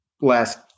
last